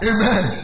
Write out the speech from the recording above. Amen